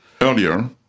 earlier